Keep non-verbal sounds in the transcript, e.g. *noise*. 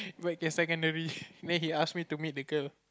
like a secondary *laughs* then he ask me to meet the girl